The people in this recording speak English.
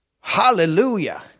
Hallelujah